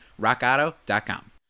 rockauto.com